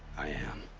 i am.